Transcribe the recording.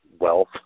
wealth